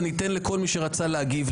ואני אתן לכל מי שרצה להגיב,